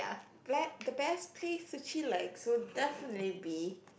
the best place to chillax would definitely be